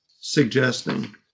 suggesting